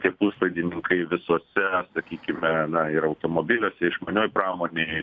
tie puslaidininkai visose sakykime na ir automobiliuose išmanioj pramonėj